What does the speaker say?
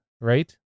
right